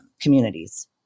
communities